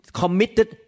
committed